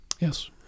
Yes